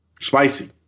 Spicy